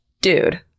dude